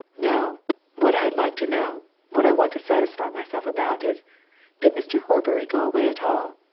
no what i'd like to know what i want to satisfy myself about is did mr. horbury go away at all?